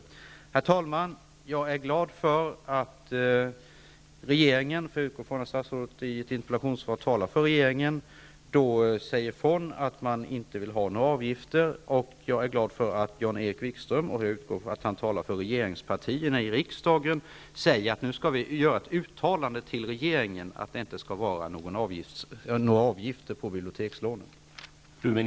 Herr talman! Jag är glad för att regeringen -- för jag utgår ifrån att statsrådet i sitt interpellationssvar talar för regeringen -- säger ifrån att man inte vill ha några avgifter, och jag är glad för att Jan-Erik Wikström -- och jag utgår ifrån att han talar för regeringspartierna i riksdagen -- säger att nu skall vi göra ett uttalande till regeringen om att det inte skall vara några avgifter på bibliotekslånen.